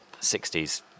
60s